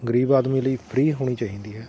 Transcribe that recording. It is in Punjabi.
ਗਰੀਬ ਆਦਮੀ ਲਈ ਫ੍ਰੀ ਹੋਣੀ ਚਾਹੀਦੀ ਹੈ